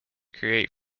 create